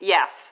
Yes